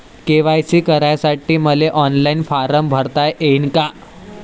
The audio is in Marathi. के.वाय.सी करासाठी मले ऑनलाईन फारम भरता येईन का?